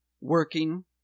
working